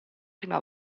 prima